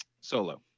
Solo